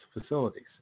facilities